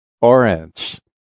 Orange